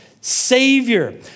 Savior